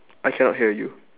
I cannot hear you